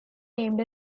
named